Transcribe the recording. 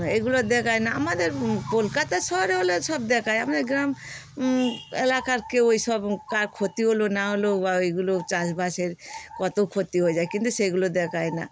এগুলো দেখায় না আমাদের কলকাতা শহরে হলে সব দেখায় আমাদের গ্রাম এলাকার ওই সব কার ক্ষতি হলো না হলো বা ওগুলো চাষবাসের কত ক্ষতি হয়ে যায় কিন্তু সেগুলো দেখায় না